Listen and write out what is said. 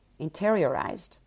interiorized